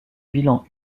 bilan